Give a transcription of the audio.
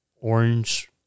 orange